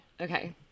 Okay